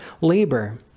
labor